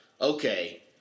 okay